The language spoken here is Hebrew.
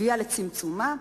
הביאה לצמצומה?